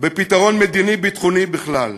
בפתרון מדיני-ביטחוני בכלל.